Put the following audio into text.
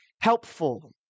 helpful